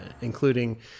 including